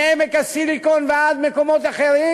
מעמק הסיליקון ועד מקומות אחרים,